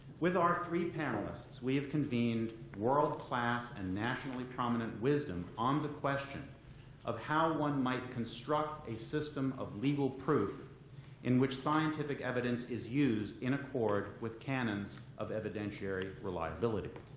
with our three panelists, we've convened world class and nationally prominent wisdom on the question of how one might construct a system of legal proof in which scientific evidence is used in a court with canons of evidentiary reliability.